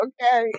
Okay